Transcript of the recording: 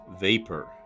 Vapor